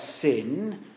sin